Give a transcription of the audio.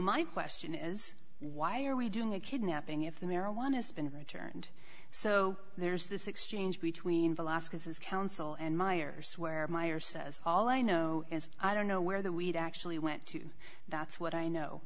my question is why are we doing a kidnapping if the marijuana has been returned so there's this exchange between velasquez his counsel and myers where meyer says all i know is i don't know where the weed actually went to that's what i know